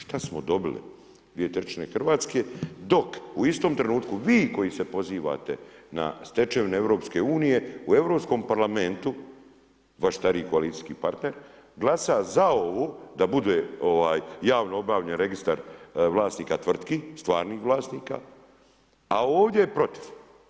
Šta smo dobili, 2/3 Hrvatske, dok u istom trenutku vi koji se pozivate na stečevine EU-a, u Europskom Parlamentu, vaš stari koalicijski partner glasa za ovo, da bude javno objavljen Registar vlasnika tvrtki, stvarnih vlasnika, a ovdje je protiv.